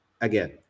again